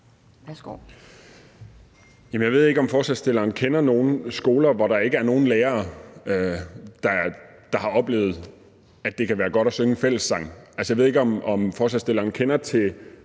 om ordføreren for forslagsstillerne kender nogen skoler, hvor der ikke er nogen lærere, der har oplevet, at det kan være godt at synge en fællessang. Altså, jeg ved ikke, om ordføreren for